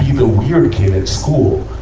the weird kid in school.